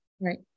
Right